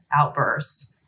outburst